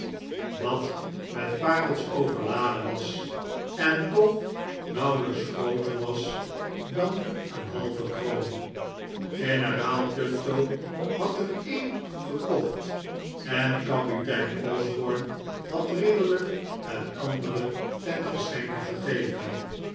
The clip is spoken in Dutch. dat met parels overladen was en toch nauwelijks grooter was dan een halve kroon generaal tufto had er een gekocht en kapitein osborne had ridderlijk het andere ten geschenke gegeven